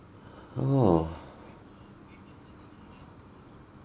oh